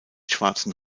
schwarzen